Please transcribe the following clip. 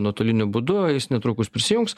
nuotoliniu būdu jis netrukus prisijungs